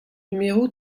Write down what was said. numéro